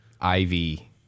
Ivy